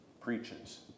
preaches